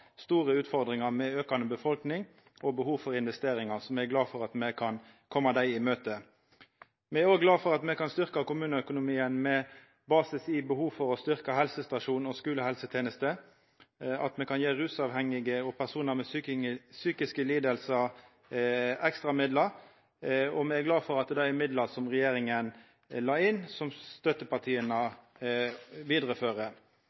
store utfordringar med aukande befolkning og behov for investeringar. Så me er glade for at me kan koma dei i møte. Me er òg glade for at me kan styrkja kommuneøkonomien med basis i behovet for å styrkja helsestasjonar og skulehelseteneste, og at me kan gje rusavhengige og personar med psykiske lidingar ekstramidlar. Me er glade for dei midlane som regjeringa la inn, og som støttepartia vidarefører.